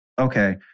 Okay